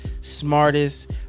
smartest